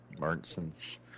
Martinsons